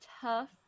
tough